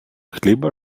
хліба